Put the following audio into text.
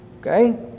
Okay